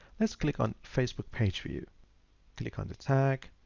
let's click on facebook page view. click on the tag,